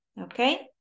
Okay